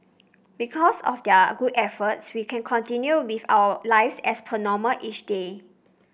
because of their good efforts we can continue with our lives as per normal each day